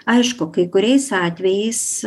aišku kai kuriais atvejais